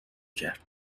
کرد